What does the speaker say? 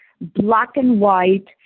black-and-white